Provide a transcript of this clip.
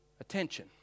attention